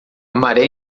maré